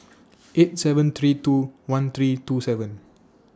eight seven three two one three two seven